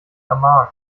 ermahnen